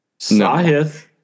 Sahith